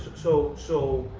so. so